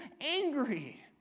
angry